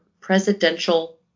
Presidential